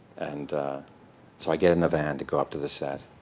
and so i get in the van to go up to the set,